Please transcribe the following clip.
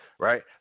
Right